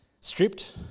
Stripped